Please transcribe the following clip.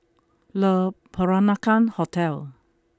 Le Peranakan Hotel